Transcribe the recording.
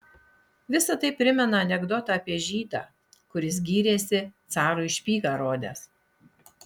visa tai primena anekdotą apie žydą kuris gyrėsi carui špygą rodęs